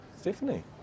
Stephanie